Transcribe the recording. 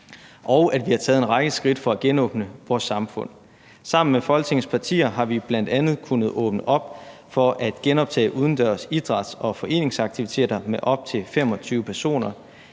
og at vi har taget en række skridt for at genåbne samfundet. Sammen med Folketingets partier har vi bl.a. kunne åbne op for at genoptage udendørs idræts- og foreningsaktiviteter med op til 25 personer.